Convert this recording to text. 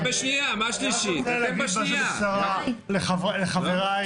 משהו בקצרה לחבריי.